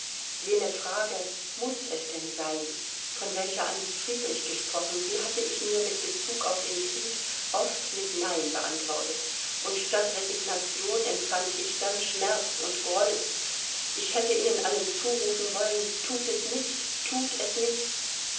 jene frage muß es denn sein von welcher einst friedrich gesprochen die hatte ich mir mit bezug auf den krieg oft mit nein beantwortet und statt resignation empfand ich dann schmerz und groll ich hätte ihnen allen zurufen wollen thut es nicht thut es nicht